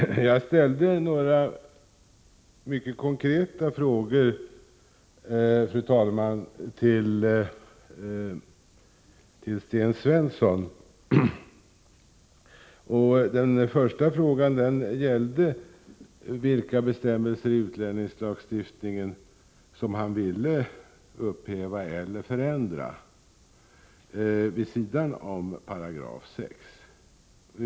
Fru talman! Jag ställde några mycket konkreta frågor till Sten Svensson. Den första frågan gällde vilka bestämmelser i utlänningslagstiftningen som han ville upphäva eller förändra vid sidan om 6 §.